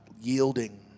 yielding